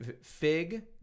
Fig